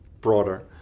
broader